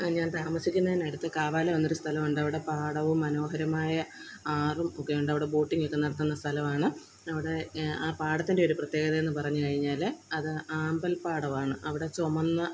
ഞാന് താമസിക്കുന്നതിന് അടുത്ത് കാവാലം എന്നൊരു സ്ഥലം ഉണ്ട് അവിടെ പാടവും മനോഹരമായ ആറും ഒക്കെയുണ്ട് അവിടെ ബോട്ടിംഗ് ഒക്കെ നടത്തുന്ന സ്ഥലമാണ് അവിടെ ആ പാടത്തിന്റെ ഒരു പ്രത്യേകതയെന്നു പറഞ്ഞു കഴിഞ്ഞാൽ അത് ആമ്പല് പാടമാണ് അവിടെ ചുമന്ന